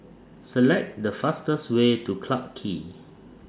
Select The fastest Way to Clarke Quay